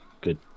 Good